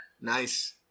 Nice